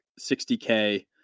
60K